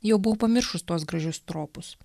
jau buvau pamiršus tuos gražius tropus